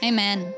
Amen